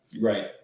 Right